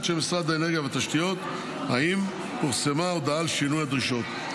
של משרד האנרגיה והתשתיות אם פורסמה הודעה על שינוי הדרישות.